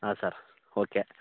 ಹಾಂ sir okay